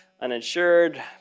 uninsured